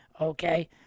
Okay